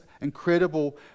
incredible